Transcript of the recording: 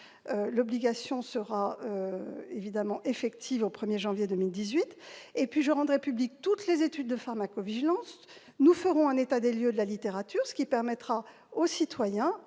l'obligation sera effective au 1 janvier 2018, d'autre part, toutes les études de pharmacovigilance. Nous ferons un état des lieux de la littérature, ce qui permettra aux citoyens,